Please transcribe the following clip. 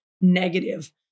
negative